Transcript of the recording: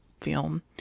film